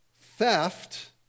theft